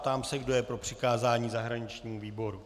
Ptám se, kdo je pro přikázání zahraničnímu výboru.